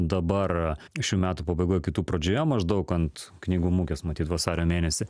dabar šių metų pabaigoj kitų pradžioje maždaug ant knygų mugės matyt vasario mėnesį